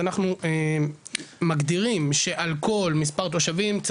אנחנו מגדירים שעל כל מספר יחידות דיור,